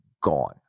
gone